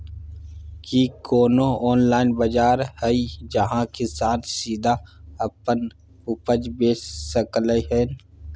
की कोनो ऑनलाइन बाजार हय जहां किसान सीधा अपन उपज बेच सकलय हन?